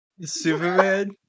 Superman